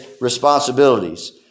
responsibilities